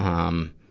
um,